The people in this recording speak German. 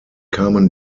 kamen